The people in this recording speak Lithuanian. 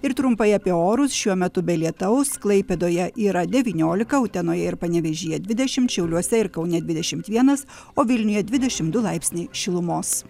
ir trumpai apie orus šiuo metu be lietaus klaipėdoje yra devyniolika utenoje ir panevėžyje dvidešim šiauliuose ir kaune dvidešimt vienas o vilniuje dvidešim du laipsniai šilumos